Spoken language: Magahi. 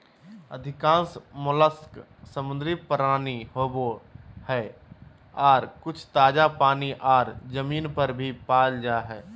अधिकांश मोलस्क समुद्री प्राणी होवई हई, आर कुछ ताजा पानी आर जमीन पर भी पाल जा हई